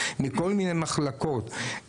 מכל מיני מחלקות.